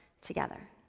together